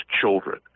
children